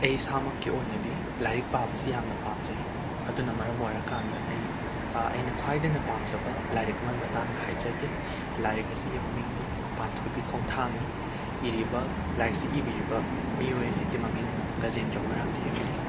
ꯑꯩ ꯏꯁꯥꯃꯛꯀꯤ ꯑꯣꯏꯅꯗꯤ ꯂꯥꯏꯔꯤꯛ ꯄꯥꯕꯁꯤ ꯌꯥꯝꯅ ꯄꯥꯝꯖꯩ ꯑꯗꯨꯅ ꯃꯔꯝ ꯑꯣꯏꯔꯀꯥꯟꯗ ꯑꯩ ꯑꯩꯅ ꯈ꯭ꯋꯥꯏꯗꯅ ꯄꯥꯝꯖꯕ ꯂꯥꯏꯔꯤꯛ ꯑꯃꯒꯤ ꯃꯇꯥꯡꯗ ꯍꯥꯏꯖꯒꯦ ꯂꯥꯏꯔꯤꯛ ꯑꯁꯤꯒꯤ ꯃꯃꯤꯡꯗꯤ ꯄꯥꯟꯊꯣꯏꯕꯤ ꯈꯣꯡꯊꯥꯡꯅꯤ ꯏꯔꯤꯕ ꯂꯥꯏꯔꯤꯛꯁꯤ ꯏꯕꯤꯔꯤꯕ ꯃꯤꯑꯣꯏꯁꯤꯒꯤ ꯃꯃꯤꯡꯅ ꯒꯖꯦꯟꯗ꯭ꯔ ꯃꯣꯏꯔꯥꯡꯊꯦꯝꯅꯤ